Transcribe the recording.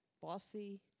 bossy